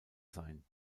sein